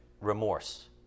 remorse